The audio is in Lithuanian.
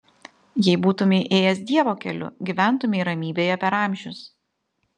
jei būtumei ėjęs dievo keliu gyventumei ramybėje per amžius